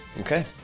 Okay